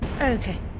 Okay